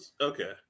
okay